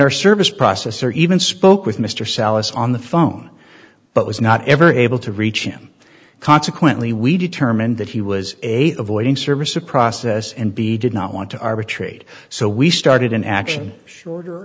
our service process or even spoke with mr sallis on the phone but was not ever able to reach him consequently we determined that he was a avoiding service a process and b did not want to arbitrate so we started an action shorter